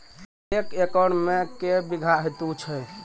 एक एकरऽ मे के बीघा हेतु छै?